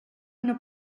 una